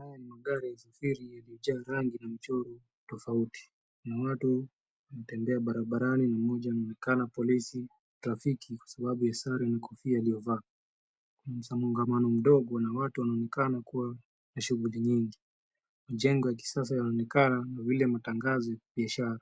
Haya ni magari ya usafiri yaliyo jaa rangi na mchoro tofauti na watu wanatembea barabarani na mmoja anaonekana polisi trafiki kwa sababu ya sare na kofia aliyovaa. Msongamano mdogo wa watu wanaonekana kuwa na shughuli nyingi. Majengo ya kisasa yanaonekana na vile matangazo ya ishara.